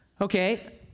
Okay